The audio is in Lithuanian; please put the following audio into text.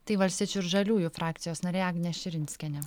tai valstiečių ir žaliųjų frakcijos narė agnė širinskienė